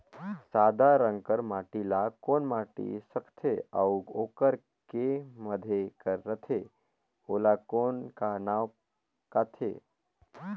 सादा रंग कर माटी ला कौन माटी सकथे अउ ओकर के माधे कर रथे ओला कौन का नाव काथे?